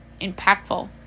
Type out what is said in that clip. impactful